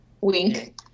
Wink